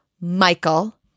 Michael